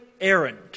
errand